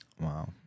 Wow